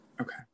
okay